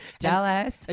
Jealous